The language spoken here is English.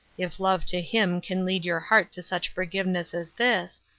if love to him can lead your heart to such forgiveness as this,